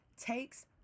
takes